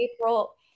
April